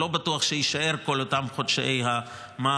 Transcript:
לא בטוח שיישאר בכל אותם חודשי המעבר.